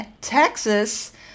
Texas